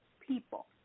people